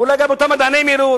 ואולי גם אותם מדענים יראו.